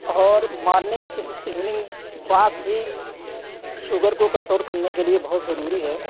اور morning evening walk بھی sugar کو کنٹرول کرنے کے لیے بہت ضروری ہے